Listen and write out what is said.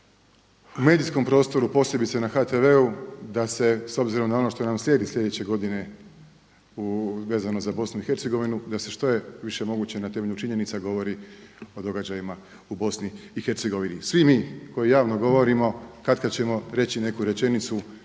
u medijskom prostoru posebice na HTV-u da se s obzirom na ono što nam slijedi sljedeće godine vezano za BiH, da se što je više moguće na temelju činjenica govori o događajima u BiH. Svi mi koji javno govorimo katkad ćemo reći neku rečenicu